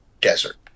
desert